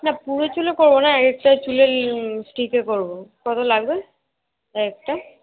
না পুরো চুলে করবো না এক একটা চুলের স্টিকে করবো কতো লাগবে এক একটা